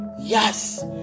yes